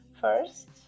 First